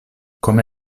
come